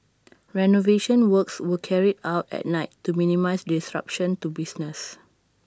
renovation works were carried out at night to minimise disruption to business